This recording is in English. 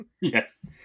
Yes